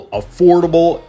affordable